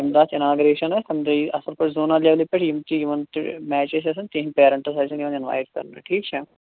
ییٚمہِ دۄہ اَتھ اِناگرٛیشَن آسہِ تَمہِ دۄہ یِیہِ اصٕل پٲٹھۍ زوٗنَل لیٚولہِ پیٚٹھ یِم تہِ یِوان مییچ اَسہِ آسان تِہَنٛد پیرَنٹَس آسان یِوان اِنواٹ کَرنہٕ ٹھیٖک چھا